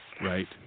right